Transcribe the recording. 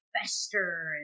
fester